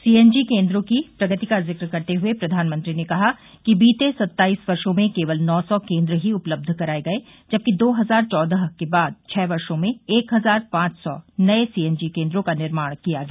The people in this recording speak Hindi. सीएनजीकेन्द्रों की प्रगति का जिक्र करते हुए प्रधानमंत्री ने कहा कि बीते सत्ताईस वर्षों में केवल नौ सौ केन्द्र ही उपलब्ध कराए गए जबकि दो हजार चौदह के बाद छः वर्ष में एक हजार पांच सौ नए सीएनजी केन्द्रों का निर्माण किया गया